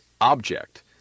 object